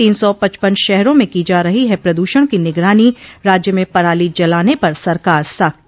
तीन सौ पचपन शहरों में की जा रही है प्रदूषण की निगरानी राज्य में पराली जलाने पर सरकार सख्त